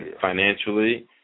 financially